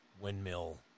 windmill